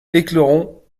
éclaron